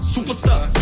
Superstar